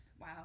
Wow